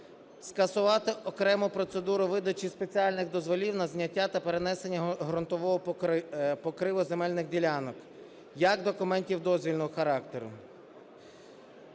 Скасувати окрему процедуру видачі спеціальних дозволів на зняття та перенесення ґрунтового покриву земельних ділянок як документів дозвільного характеру.